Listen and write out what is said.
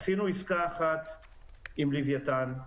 עשינו עסקה אחת עם לווייתן.